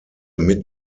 mit